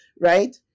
right